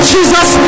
Jesus